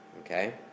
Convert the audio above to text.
Okay